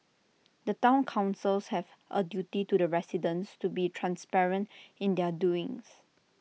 the Town councils have A duty to the residents to be transparent in their doings